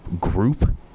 group